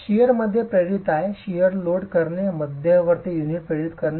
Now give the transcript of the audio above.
shear मध्ये प्रेरित आहे शिअर लोड करणे मध्यवर्ती युनिटमध्ये प्रेरित आहे